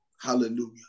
hallelujah